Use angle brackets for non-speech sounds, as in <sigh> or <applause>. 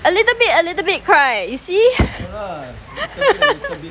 a little bit a little bit cry you see <laughs>